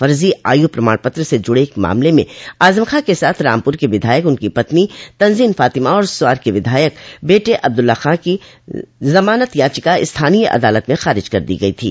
फर्जी आयू प्रमाण पत्र से जुड़े एक मामले म आजम खां के साथ रामपूर से विधायक उनकी पत्नी तंजीन फातिमा और स्वार से विधायक बेटे अब्दुला खां की जमानत याचिका स्थानीय अदालत में खारिज कर दी गई थी